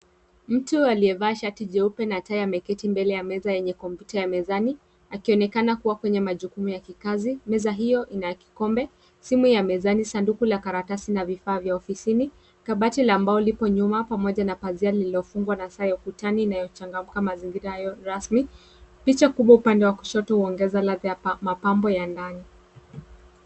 Mtu aliyevaa shati jeupe na tena ameketi mbele ya meza yenye kompyuta ya mezani akionekana kuwa kwenye majukumu ya kijani. Meza hiyo ina kikombe, simu ya mezani, Sanduku la karatasi na vifaa vya ofisini .Kabati la mbao lipo nyuma pamoja na pazia lililofungwa na saa ya ukutani inayochagamka mazingira hayo rasmi. Picha kubwa upande upande wa kushoto huongeza ladha ya mapambo ya ndani.